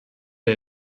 der